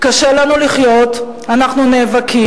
קשה לנו לחיות, אנחנו נאבקים.